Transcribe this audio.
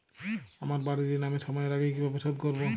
আমার বাড়ীর ঋণ আমি সময়ের আগেই কিভাবে শোধ করবো?